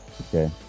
Okay